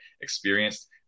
experienced